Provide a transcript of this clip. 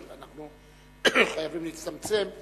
אבל אנחנו חייבים להצטמצם.